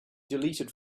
deleted